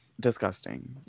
disgusting